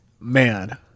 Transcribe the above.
man